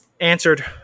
answered